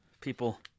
people